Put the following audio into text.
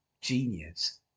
genius